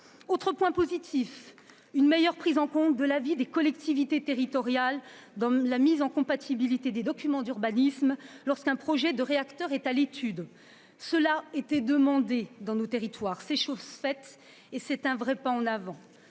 Autre point positif : la meilleure prise en compte de l'avis des collectivités territoriales dans la mise en compatibilité des documents d'urbanisme lorsqu'un projet de réacteur est à l'étude. Cette demande venait de nos territoires, c'est désormais chose faite et cela constitue un véritable pas en avant.